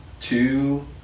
two